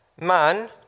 man